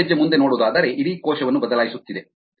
ಒಂದು ಹೆಜ್ಜೆ ಮುಂದೆ ನೋಡೋದಾದರೆ ಇಡೀ ಕೋಶವನ್ನು ಬದಲಾಯಿಸುತ್ತಿದೆ